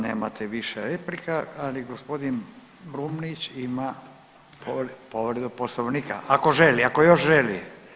Nemate više replika, ali g. Brumnić ima povredu poslovnika, ako želi, ako još želi?